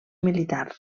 militar